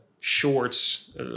shorts